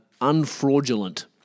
unfraudulent